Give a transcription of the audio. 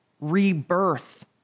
rebirth